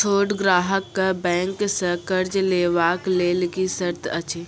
छोट ग्राहक कअ बैंक सऽ कर्ज लेवाक लेल की सर्त अछि?